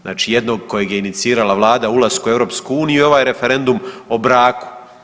Znači jednog kojeg je inicirala Vlada ulaskom u EU i ovaj referendum o braku.